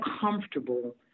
comfortable